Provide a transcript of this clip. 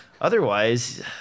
otherwise